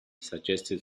suggested